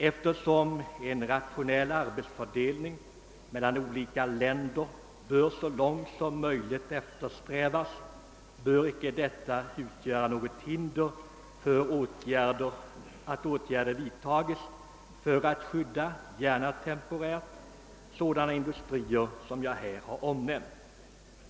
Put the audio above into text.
Eftersom en rationell arbetsfördelning mellan olika länder bör så långt som möjligt eftersträvas, bör icke detta utgöra något hinder för att åtgärder vidtages för att skydda — gärna temporärt — sådana industrier som jag här har omnämnt.